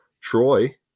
Troy